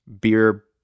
beer